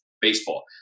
baseball